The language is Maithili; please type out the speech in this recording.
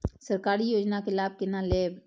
सरकारी योजना के लाभ केना लेब?